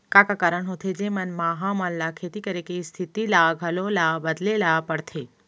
का का कारण होथे जेमन मा हमन ला खेती करे के स्तिथि ला घलो ला बदले ला पड़थे?